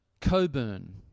Coburn